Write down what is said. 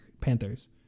Panthers